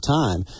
time